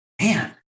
Man